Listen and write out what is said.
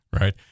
Right